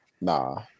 nah